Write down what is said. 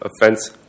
offense